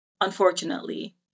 unfortunately